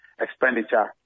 expenditure